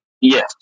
Yes